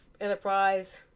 Enterprise